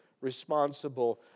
responsible